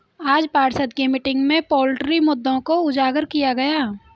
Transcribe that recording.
आज पार्षद की मीटिंग में पोल्ट्री मुद्दों को उजागर किया गया